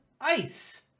ice